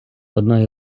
одної